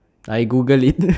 I google it